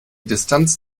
distanz